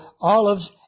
olives